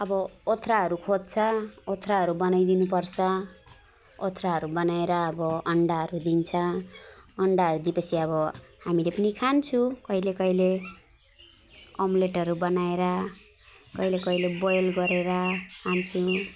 अब ओथ्राहरू खोज्छ ओथ्राहरू बनाइदिनु पर्छ ओथ्राहरू बनाएर अब अन्डाहरू दिन्छ अन्डाहरू दिए पछि अब हामीले पनि खान्छौँ अम्लेटहरू बनाएर कहिले कहिले बोइल गरेर खान्छौँ